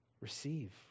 Receive